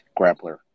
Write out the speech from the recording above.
grappler